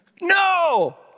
No